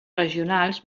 regionals